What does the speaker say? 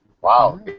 Wow